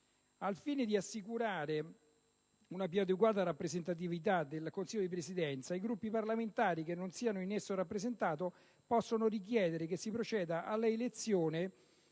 «Al fine di assicurare una più adeguata rappresentatività del Consiglio di Presidenza, i Gruppi parlamentari che non siano in esso rappresentati possono richiedere che si proceda all'elezione